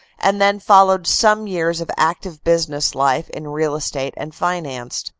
and then followed some years of active business life, in real estate and finance.